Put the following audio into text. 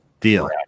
deal